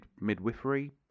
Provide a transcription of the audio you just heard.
midwifery